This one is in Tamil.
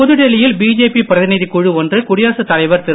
புதுடில்லியில் பிஜேபி பிரதிநிதிக் குழு ஒன்று குடியரசுத் தலைவர் திரு